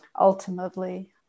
Ultimately